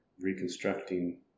reconstructing